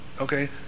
Okay